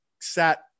sat